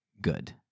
good